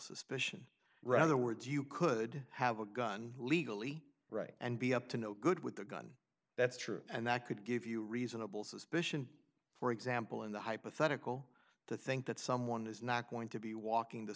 suspicion rather words you could have a gun legally right and be up to no good with a gun that's true and that could give you reasonable suspicion for example in the hypothetical to think that someone is not going to be walking the